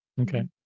Okay